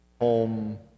home